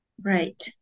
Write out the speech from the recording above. Right